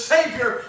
Savior